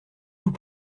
vous